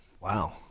Wow